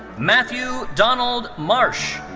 matthew donald marsh.